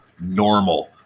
normal